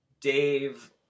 Dave